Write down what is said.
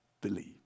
believe